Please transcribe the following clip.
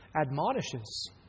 admonishes